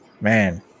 man